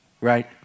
right